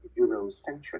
Eurocentric